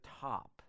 top